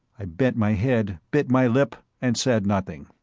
i bent my head, bit my lip and said nothing.